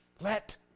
let